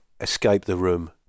escape-the-room